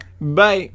bye